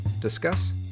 discuss